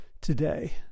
today